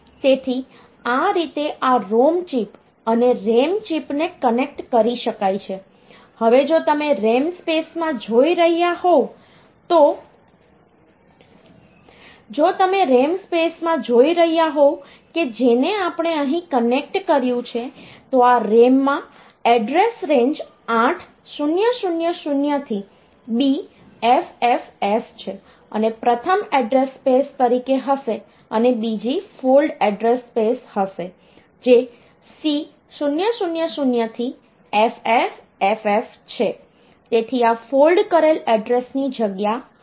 તેથી આ રીતે આ ROM ચિપ અને RAM ચિપને કનેક્ટ કરી શકાય છે હવે જો તમે RAM સ્પેસમાં જોઈ રહ્યા હોવ તો જો તમે RAM સ્પેસમાં જોઈ રહ્યા હોવ કે જેને આપણે અહીં કનેક્ટ કર્યું છે તો આ RAM માં એડ્રેસ રેન્જ 8000 થી BFFF છે અને પ્રથમ એડ્રેસ સ્પેસ તરીકે હશે અને બીજી ફોલ્ડ એડ્રેસ સ્પેસ હશે જે C000 થી FFFF છે તેથી આ ફોલ્ડ કરેલ એડ્રેસ ની જગ્યા હશે